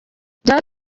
byari